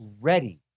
ready